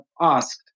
asked